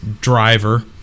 driver